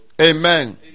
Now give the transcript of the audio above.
Amen